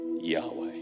Yahweh